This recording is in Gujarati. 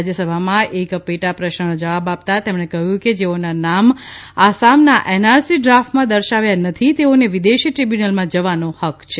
રાજયસભામાં એક પેટાપ્રશ્નનો જવાબ આપતા તેમણે કહ્યું કે જેઓના નામ આસામના એનઆરસી ડ્રાફ્ટમાં દર્શાવ્યા નથી તેઓને વિદેશી દ્રીબ્યુનલમાં જવાનો હક્ક છે